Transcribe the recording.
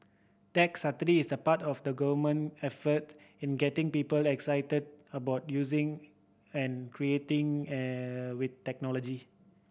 tech is part of the Government effort in getting people excited about using and creating I with technology